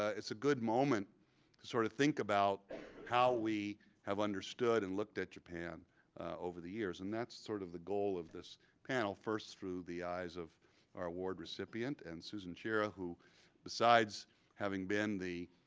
ah it's a good moment to sort of think about how we have understood and looked at japan over the years. and that's sort of the goal of this panel, first through the eyes of our award recipient, and susan chira, who besides having been the